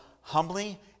humbly